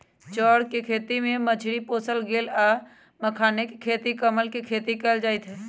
चौर कें खेती में मछरी पोशल गेल आ मखानाके खेती कमल के खेती कएल जाइत हइ